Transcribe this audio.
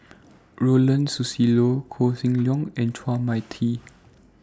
Ronald Susilo Koh Seng Leong and Chua Mia Tee